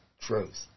truth